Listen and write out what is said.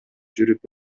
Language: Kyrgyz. жүрүп